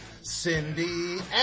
Cindy